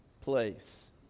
place